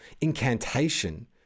incantation